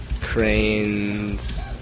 Crane's